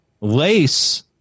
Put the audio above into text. Lace